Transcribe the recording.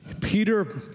Peter